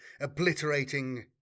obliterating